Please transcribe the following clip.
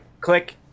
click